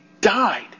died